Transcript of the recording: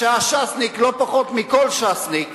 שהיה ש"סניק לא פחות מכל ש"סניק,